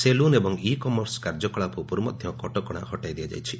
salon ଏବଂ e commerce କାର୍ଯ୍ୟକଳାପ ଉପର୍ ମଧ୍ଧ କଟକଶା ହଟାଇ ଦିଆଯାଇଛି